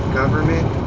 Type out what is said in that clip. government